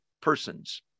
persons